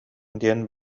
диэн